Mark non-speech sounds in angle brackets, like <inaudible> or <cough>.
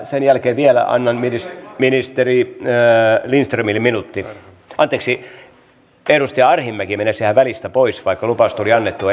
sen jälkeen vielä annan ministeri ministeri lindströmille minuutin anteeksi edustaja arhinmäki meinasi jäädä välistä pois vaikka lupaukset oli annettu <unintelligible>